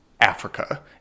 Africa